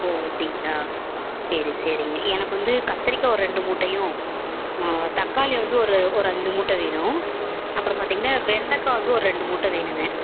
ஓ அப்படிங்களா சரி சரிங்க எனக்கு வந்து கத்திரிக்காய் ஒரு ரெண்டு மூட்டையும் தக்காளி வந்து ஒரு ஒரு அஞ்சு மூட்டை வேணும் அப்புறம் பார்த்தீங்கன்னா வெண்டைக்கா வந்து ஒரு ரெண்டு மூட்டை வேணுங்க